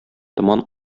томан